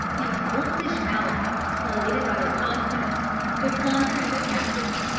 these wolfish allies, elated by their conquest, their plunder and their captives,